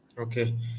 Okay